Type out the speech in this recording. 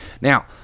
now